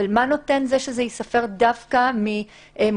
אבל מה נותן זה שזה ייספר דווקא מתום